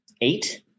eight